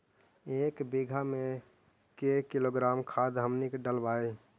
एक बीघा मे के किलोग्राम खाद हमनि डालबाय?